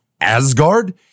Asgard